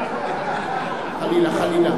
חלילה.